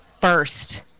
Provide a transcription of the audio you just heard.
first